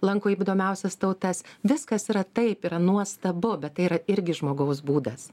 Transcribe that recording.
lanko įbdomiausias tautas viskas yra taip yra nuostabu bet tai yra irgi žmogaus būdas